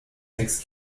sechs